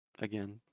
again